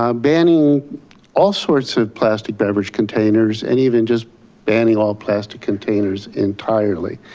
um banning all sorts of plastic beverage containers and even just banning all plastic containers entirely.